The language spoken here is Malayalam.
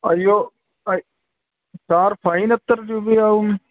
അയ്യോ അയ് സാർ ഫൈന് എത്ര രൂപയാവും